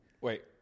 Wait